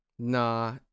Nah